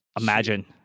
imagine